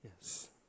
Yes